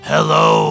Hello